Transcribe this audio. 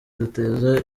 ziteza